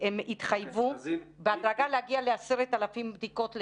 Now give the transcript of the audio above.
הם התחייבו בהדרגה להגיע ל-10,000 בדיקות ליום.